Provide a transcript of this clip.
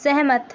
सहमत